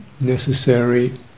necessary